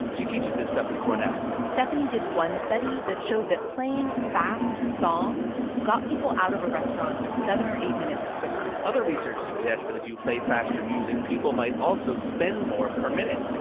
she teaches this stuff at cornell stephanie did one study that showed that playing fast songs got people out of a restaurant seven or eight minutes quicker other research suggests that if you play faster music, people might also spend more per minute.